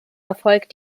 erfolgt